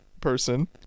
person